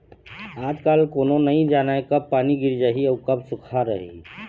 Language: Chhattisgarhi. आजकाल कोनो नइ जानय कब पानी गिर जाही अउ कब सुक्खा रही